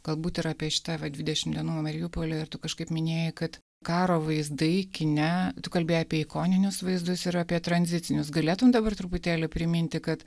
galbūt ir apie šitą va dvidešim dienų mariupoly ir tu kažkaip minėjai kad karo vaizdai kine tu kalbi apie ikoninius vaizdus ir apie tranzitinius galėtum dabar truputėlį priminti kad